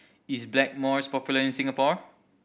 is Blackmores popular in Singapore